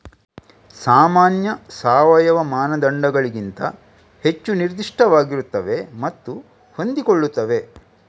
ಸಾಮಾನ್ಯ ಸಾವಯವ ಮಾನದಂಡಗಳಿಗಿಂತ ಹೆಚ್ಚು ನಿರ್ದಿಷ್ಟವಾಗಿರುತ್ತವೆ ಮತ್ತು ಹೊಂದಿಕೊಳ್ಳುತ್ತವೆ